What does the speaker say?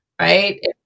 right